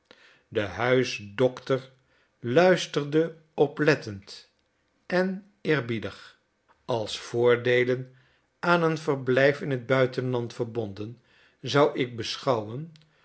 de huisdokter luisterde oplettend en eerbiedig als voordeelen aan een verblijf in het buitenland verbonden zou ik beschouwen